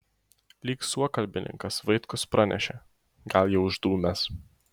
lyg suokalbininkas vaitkus pranešė gal jau išdūmęs